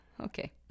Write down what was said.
Okay